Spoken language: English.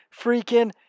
freaking